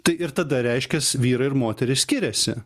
tai ir tada reiškias vyrai ir moterys skiriasi